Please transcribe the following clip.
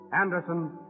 Anderson